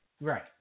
Right